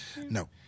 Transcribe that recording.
No